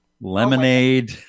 Lemonade